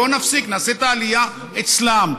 בואו נפסיק, נעשה את העלייה אצלם.